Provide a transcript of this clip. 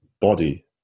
body